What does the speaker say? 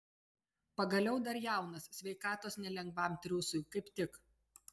pagaliau dar jaunas sveikatos nelengvam triūsui kaip tik